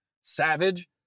savage